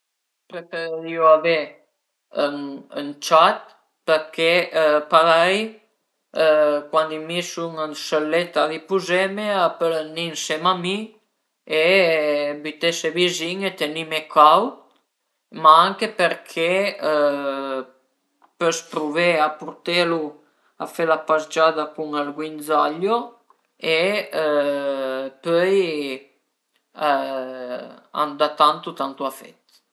Si l'ai tante piante e anche tanti fiur e põi dopu l'ai co ün ort ëndua che sperimentu o da früita o la verdüra, però anche sël terrazzo l'ai tante l'ai tante piante e i bagnu, i cambiu la tera e i cuncimu e i fun tüt lon che l'ai da feie